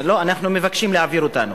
לא, אנחנו מבקשים להעביר אותנו,